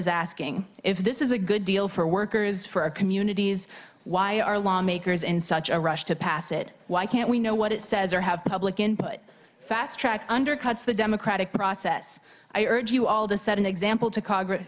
is asking if this is a good deal for workers for our communities why are lawmakers in such a rush to pass it why can't we know what it says or have public input fast tracked undercuts the democratic process i urge you all to set an example to congress